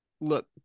look